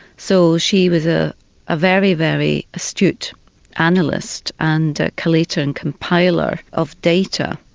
so she was a ah very, very astute analyst and collator and compiler of data,